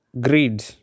Greed